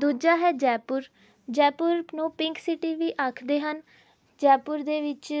ਦੂਜਾ ਹੈ ਜੈਪੁਰ ਜੈਪੁਰ ਨੂੰ ਪਿੰਕ ਸਿਟੀ ਵੀ ਆਖਦੇ ਹਨ ਜੈਪੁਰ ਦੇ ਵਿੱਚ